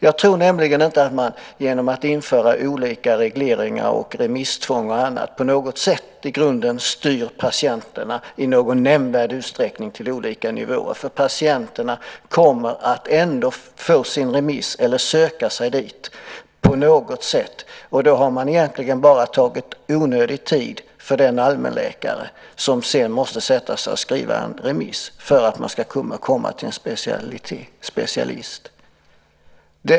Jag tror nämligen inte att man genom att införa regleringar, remisstvång och annat i nämnvärd utsträckning styr patienterna till olika nivåer, för patienterna kommer ändå att få sina remisser eller att på något sätt söka sig fram, och då har man egentligen bara i onödan tagit tid i anspråk för den allmänläkare som måste sätta sig ned och skriva en remiss för att patienten ska kunna komma till en specialist.